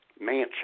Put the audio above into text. mansion